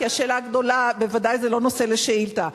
כי השאלה הגדולה בוודאי זה לא נושא לשאילתא.